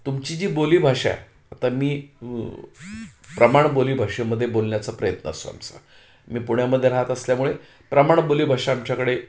तुमची जी बोलीभाषा आता मी प्रमाण बोलीभाषेमध्ये बोलण्याचा प्रयत्न असो आमचा मी पुण्यामध्ये राहत असल्यामुळे प्रमाण बोलीभाषा आमच्याकडे